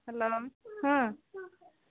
hello ହଁ